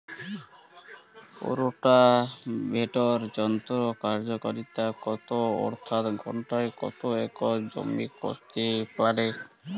Rotavator যন্ত্রের কার্যকারিতা কত অর্থাৎ ঘণ্টায় কত একর জমি কষতে পারে?